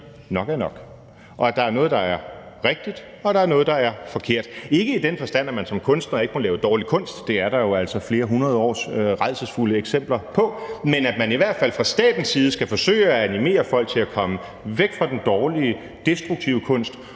Nok er nok! og at der er noget, der er rigtigt, og at der er noget, der er forkert; ikke i den forstand, at man som kunstner ikke må lave dårlig kunst – det er der jo altså flere hundrede års rædselsfulde eksempler på – men at man i hvert fald fra statens side skal forsøge at animere folk til at komme væk fra den dårlige destruktive kunst